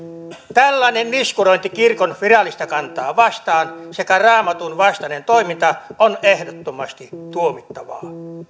tällainen niskurointi kirkon virallista kantaa vastaan sekä raamatun vastainen toiminta on ehdottomasti tuomittavaa